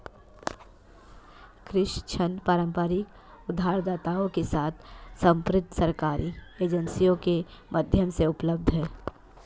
कृषि ऋण पारंपरिक उधारदाताओं के साथ समर्पित सरकारी एजेंसियों के माध्यम से उपलब्ध हैं